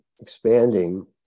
expanding